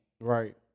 right